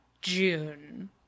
June